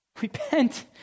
Repent